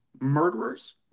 murderers